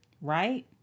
right